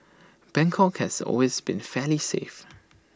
Bangkok has always been fairly safe